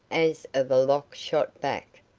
as of a lock shot back,